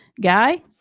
Guy